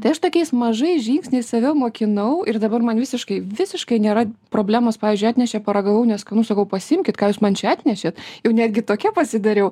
tai aš tokiais mažais žingsniais save mokinau ir dabar man visiškai visiškai nėra problemos pavyzdžiui atnešė paragavau neskanu sakau pasiimkit ką jūs man čia atnešėt jau netgi tokia pasidariau